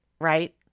Right